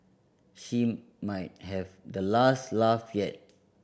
she might have the last laugh yet